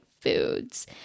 foods